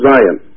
Zion